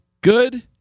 good